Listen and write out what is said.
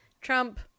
Trump